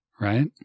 right